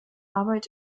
arbeit